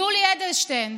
יולי אדלשטיין.